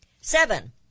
Seven